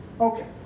Okay